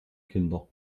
kinder